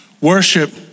Worship